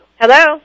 Hello